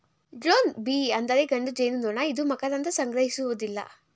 drone bee ಅಂದರೆ ಗಂಡು ಜೇನುನೊಣ ಇದು ಮಕರಂದ ಸಂಗ್ರಹಿಸುವುದಿಲ್ಲ